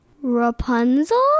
Rapunzel